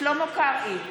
שלמה קרעי,